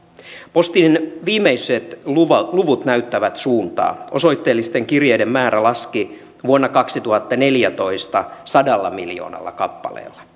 postin viimeiset luvut luvut näyttävät suuntaa osoitteellisten kirjeiden määrä laski vuonna kaksituhattaneljätoista sadalla miljoonalla kappaleella